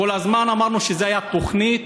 כל הזמן אמרנו שזו הייתה תוכנית,